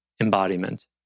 embodiment